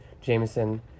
Jameson